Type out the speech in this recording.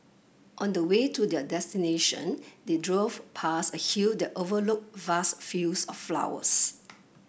on the way to their destination they drove past a hill that overlooked vast fields of flowers